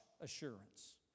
assurance